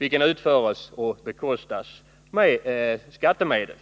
utförs i skogsvårdsstyrelsens regi och bekostas av skattemedel.